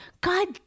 God